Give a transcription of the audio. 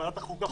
ועדת החוקה,